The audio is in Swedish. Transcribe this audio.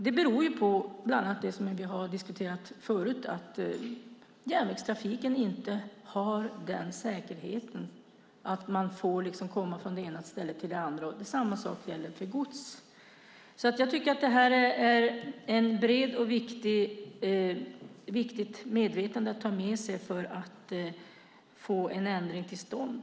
Det beror bland annat på det som vi har diskuterat förut, att järnvägstrafiken inte har den säkerheten att man får komma från det ena stället till det andra. Samma sak gäller för gods. Jag tycker att det här är ett brett och viktigt medvetande att ta med sig för att få en ändring till stånd.